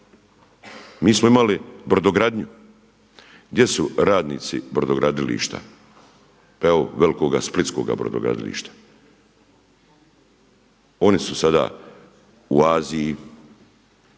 Mi smo imali brodogradnju. Gdje su radnici brodogradilišta? Pa evo, velikoga splitskoga brodogradilišta. Oni su sada u Aziji,